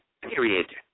Period